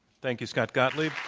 thank you, scott gottlieb.